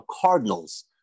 Cardinals